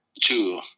two